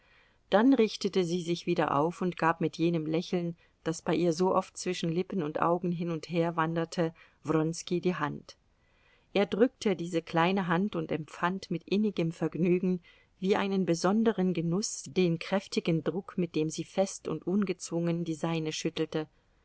dann richtete sie sich wieder auf und gab mit jenem lächeln das bei ihr so oft zwischen lippen und augen hin und her wanderte wronski die hand er drückte diese kleine hand und empfand mit innigem vergnügen wie einen besonderen genuß den kräftigen druck mit dem sie fest und ungezwungen die seine schüttelte